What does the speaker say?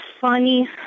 funny